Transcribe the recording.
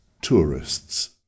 tourists